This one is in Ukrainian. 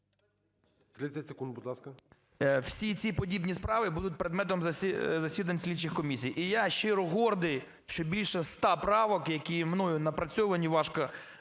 Всі ці подібні справи будуть предметом засідань слідчих комісій. І я щиро гордий, що більше ста правок, які мною напрацьовані важко,